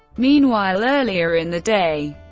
meanwhile, earlier in the day,